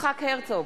יצחק הרצוג,